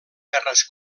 terres